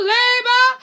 labor